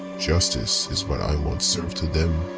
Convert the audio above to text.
justice is what i want served to them,